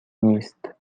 نیست